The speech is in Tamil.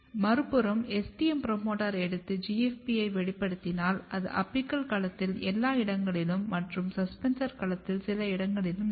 மறுபுறம் STM புரோமோட்டார் எடுத்து GFPயை வெளிப்படுத்தினால் அது அபிக்கல் களத்தில் எல்லா இடங்களிலும் மற்றும் சஸ்பென்சர் களத்தில் சில இடங்களிலும் நகரும்